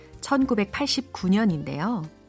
1989년인데요